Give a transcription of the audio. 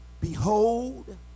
behold